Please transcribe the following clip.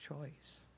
choice